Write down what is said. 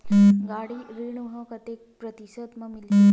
गाड़ी ऋण ह कतेक प्रतिशत म मिलही?